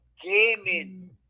gaming